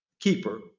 keeper